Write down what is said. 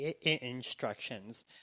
instructions